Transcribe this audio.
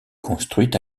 construite